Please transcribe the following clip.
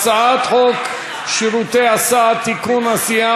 הצעת חוק שירותי הסעד (תיקון,